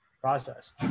process